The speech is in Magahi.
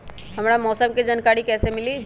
हमरा मौसम के जानकारी कैसी मिली?